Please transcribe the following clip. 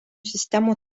sistemų